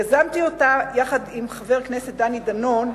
יזמתי אותה יחד עם חבר הכנסת דני דנון,